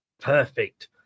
Perfect